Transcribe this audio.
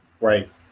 Right